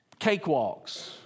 cakewalks